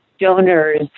donors